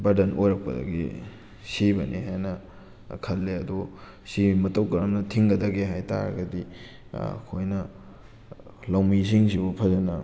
burden ꯑꯣꯏꯔꯛꯄꯗꯒꯤ ꯁꯤꯕꯅꯦꯅ ꯍꯥꯏꯅ ꯈꯜꯂꯦ ꯑꯗꯨ ꯁꯤ ꯃꯇꯧ ꯀꯔꯝꯅ ꯊꯤꯡꯒꯗꯒꯦ ꯍꯥꯏꯇꯥꯔꯒꯗꯤ ꯑꯩꯈꯣꯏꯅ ꯂꯧꯃꯤꯁꯤꯡꯁꯤꯕꯨ ꯐꯖꯅ